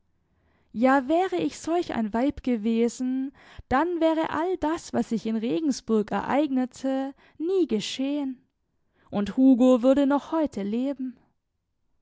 ja wäre ich solch ein weib gewesen dann wäre all das was sich in regensburg ereignete nie geschehen und hugo würde noch heute leben